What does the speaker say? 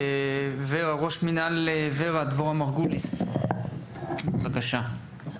ראש מינהל ור"ה, דבורה מרגוליס, בבקשה.